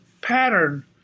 pattern